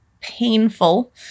painful